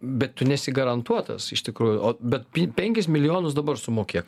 bet tu nesi garantuotas iš tikrųjų o bet pi penkis milijonus dabar sumokėk